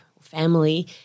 family